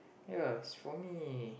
ya is for me